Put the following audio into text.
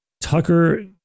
Tucker